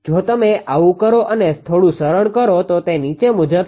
જો તમે આવું કરો અને થોડુ સરળ કરો તો તે નીચે મુજબ છે